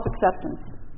Self-acceptance